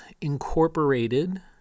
incorporated